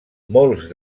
molts